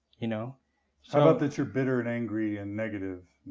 you know so about that you're bitter, and angry, and negative?